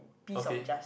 okay